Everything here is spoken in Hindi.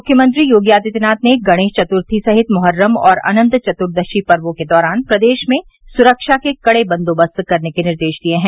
मुख्यमंत्री योगी आदित्यनाथ ने गणेश चतुर्थी सहित मोहर्रम और अनन्त चतुर्दशी पर्वो के दौरान प्रदेश में सुरक्षा के कड़े बंदोबस्त करने के निर्देश दिये हैं